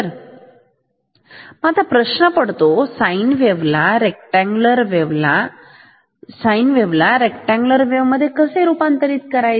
मगआता प्रश्न पडतो sine wave ला रेक्टअँगल वेव्ह मध्ये कस रूपांतर करायच